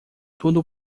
tudo